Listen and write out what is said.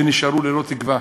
שנשארו ללא תקווה.